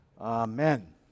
Amen